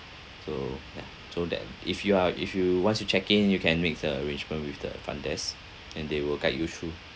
so yeah so that if you are if you once you checked in you can make the arrangement with the front desk and they will guide you through